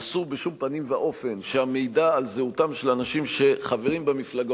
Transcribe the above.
אסור בשום פנים ואופן שהמידע על זהותם של אנשים שחברים במפלגה